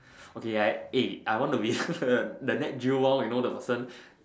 okay I eh I want to be the the nat geo lor you know the person